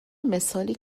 مثالی